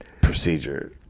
procedure